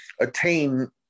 attain